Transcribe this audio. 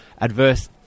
adverse